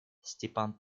степан